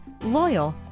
loyal